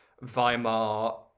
Weimar